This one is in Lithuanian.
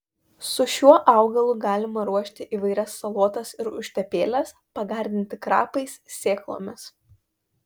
su šiuo augalu galima ruošti įvairias salotas ir užtepėles pagardinti krapais sėklomis